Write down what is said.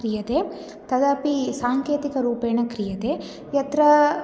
क्रियते तदपि साङ्केतिकरूपेण क्रियते यत्र